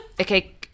Okay